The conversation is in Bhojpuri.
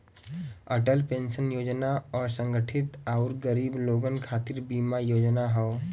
अटल पेंशन योजना असंगठित आउर गरीब लोगन खातिर बीमा योजना हौ